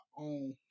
own